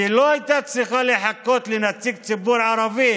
והיא לא הייתה צריכה לחכות לנציג של הציבור הערבי